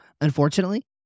Unfortunately